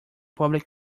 public